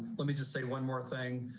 let me just say one more thing.